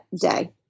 day